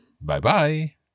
Bye-bye